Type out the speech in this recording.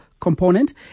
Component